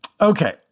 Okay